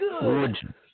Good